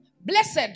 blessed